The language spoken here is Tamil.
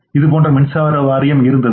இது போன்ற மின்சார வாரியம் இருந்தது